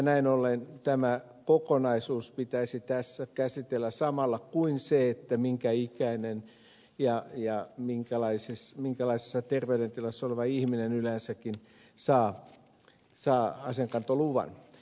näin ollen tämä kokonaisuus pitäisi tässä käsitellä samalla kuin se minkä ikäinen ja minkälaisessa terveydentilassa oleva ihminen yleensäkin saa aseenkantoluvan